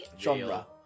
Genre